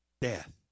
death